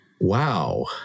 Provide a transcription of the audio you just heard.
Wow